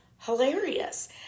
hilarious